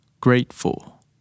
grateful